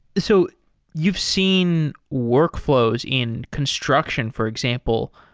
so you've seen workflows in construction, for example.